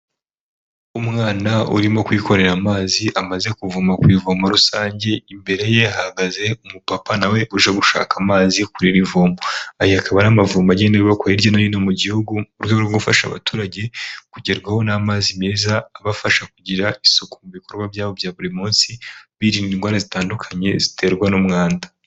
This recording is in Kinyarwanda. Umwana urimo kwikorera amazi amaze kuvoma ku ivomo rusange, imbere ye hahagaze umupapa nawe uje gushaka amazi kuri iri vombo, aya akaba ari amavomo agenda yubakwa hirya no hino mu gihugu mu rwego rwo gufasha abaturage kugerwaho n'amazi meza, abafasha kugira isuku mu bikorwa byabo bya buri munsi birinda indwara zitandukanye ziterwa n'umwanda.